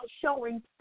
showing